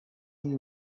and